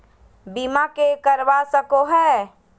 बीमा के करवा सको है?